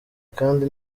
kandi